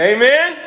Amen